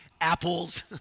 apples